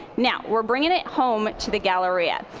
now, we're bringing it home to the galleria.